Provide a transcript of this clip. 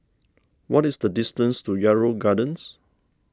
what is the distance to Yarrow Gardens